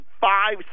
five